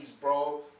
bro